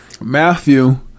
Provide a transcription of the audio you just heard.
Matthew